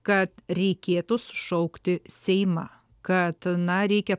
kad reikėtų sušaukti seimą kad na reikia